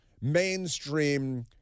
mainstream